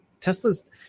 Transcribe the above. Tesla's